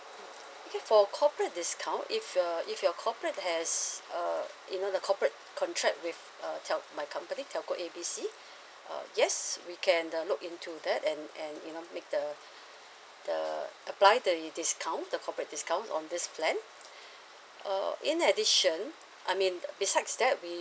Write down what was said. okay for corporate discount if you're if you're corporate has uh you know the corporate contract with uh tel~ my company telco A B C uh yes we can the look into that and and you know make the the apply the discount the corporate discount on this plan uh in addition I mean besides that we